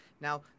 Now